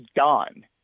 done